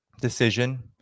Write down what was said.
decision